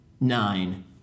nine